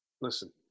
listen